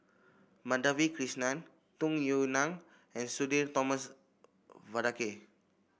Madhavi Krishnan Tung Yue Nang and Sudhir Thomas Vadaketh